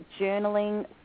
journaling